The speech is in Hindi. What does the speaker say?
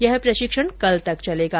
यह प्रशिक्षण कल तक चलेगा